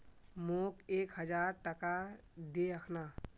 मोक एक हजार टका दे अखना